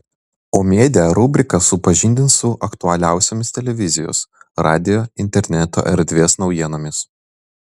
o media rubrika supažindins su aktualiausiomis televizijos radijo interneto erdvės naujienomis